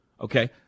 Okay